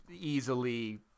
easily